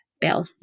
bill